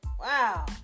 Wow